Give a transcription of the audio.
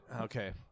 Okay